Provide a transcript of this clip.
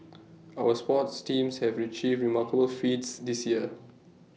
our sports teams have Retrieve remarkable feats this year